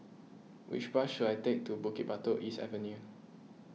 which bus should I take to Bukit Batok East Avenue